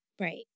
Right